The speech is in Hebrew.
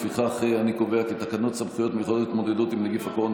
לפיכך אני קובע כי תקנות סמכויות מיוחדות להתמודדות עם נגיף הקורונה